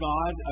God